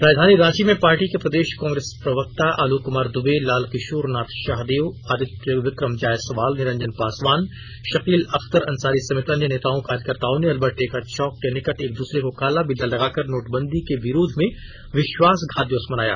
राजधानी रांची में पार्टी के प्रदेश कांग्रेस प्रवक्ता आलोक कुमार दूबे लाल किशोरनाथ शाहदेव आदित्य विक्रम जायसवाल निरंजन पासवान शकील अख्तर अंसारी समेत अन्य नेताओं कार्यकर्ताओं ने अल्बर्ट एक्का चौक के निकट एक दूसरे को काला बिल्ला लगाकर नोटबंदी के विरोध में विश्वासघात दिवस मनाया